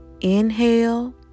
Inhale